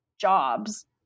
jobs